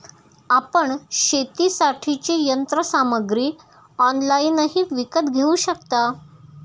आपण शेतीसाठीची यंत्रसामग्री ऑनलाइनही विकत घेऊ शकता